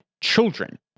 Children